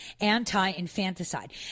anti-infanticide